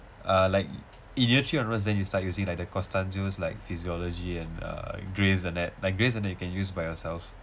ah like in year three onwards then you start using like the costanzo's like physiology and uh grey's anat like grey's anat you can use by yourself